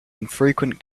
infrequent